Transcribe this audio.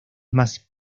más